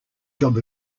job